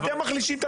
אתם מחלישים את